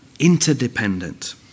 interdependent